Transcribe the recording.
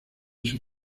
sus